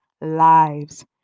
lives